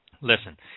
listen